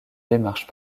démarche